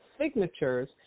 signatures